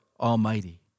Almighty